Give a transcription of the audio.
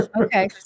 okay